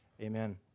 Amen